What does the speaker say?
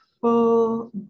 full